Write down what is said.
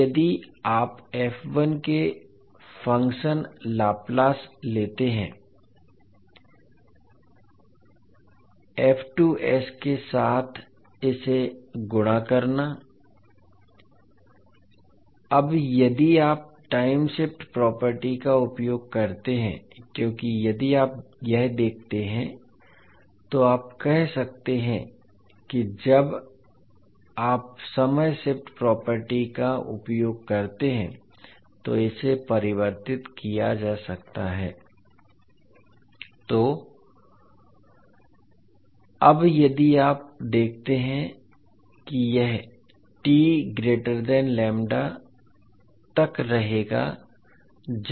अब यदि आप के फंक्शन लाप्लास लेते हैं के साथ इसे गुणा करना अब यदि आप टाइम शिफ्ट प्रॉपर्टी का उपयोग करते हैं क्योंकि यदि आप यह देखते हैं तो आप कह सकते हैं कि जब आप समय शिफ्ट प्रॉपर्टी का उपयोग करते हैं तो इसे परिवर्तित किया जा सकता है तो अब यदि आप देखते हैं कि यह तक रहेगा